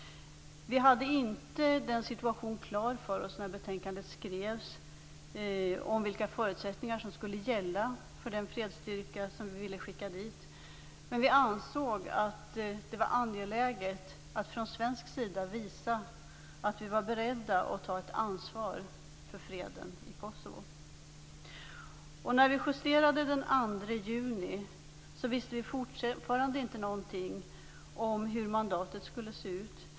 När betänkandet skrevs hade vi inte klart för oss vilka förutsättningar som skulle gälla för den fredsstyrka som vi ville skicka dit, men vi ansåg att det var angeläget att från svensk sida visa att vi var beredda att ta ett ansvar för freden i Kosovo. När vi justerade den 2 juni visste vi fortfarande inte någonting om hur mandatet skulle se ut.